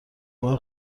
بار